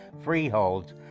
freeholds